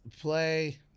play